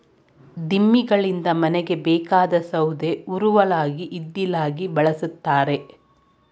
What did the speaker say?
ದಿಮ್ಮಿಗಳಿಂದ ಮನೆಗೆ ಬೇಕಾದ ಸೌದೆ ಉರುವಲಾಗಿ ಇದ್ದಿಲಾಗಿ ಬಳ್ಸತ್ತರೆ